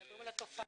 מדברים על התופעה.